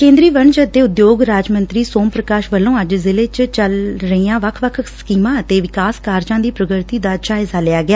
ਕੇਂਦਰੀ ਵਣਜ ਤੇ ਉਦਯੋਗ ਰਾਜ ਮੰਤਰੀ ਸੋਮ ਪ੍ਰਕਾਸ਼ ਵੱਲੋਂ ਅੱਜ ਜ਼ਿਲੇ ਵਿਚ ਚੱਲ ਰਹੀਆਂ ਵੱਖ ਵੱਖ ਸਕੀਮਾਂ ਅਤੇ ਵਿਕਾਸ ਕਾਰਜਾਂ ਦੀ ਪ੍ਰਗਤੀ ਦਾ ਜਾਇਜ਼ਾ ਲਿਆ ਗਿਆ